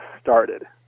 started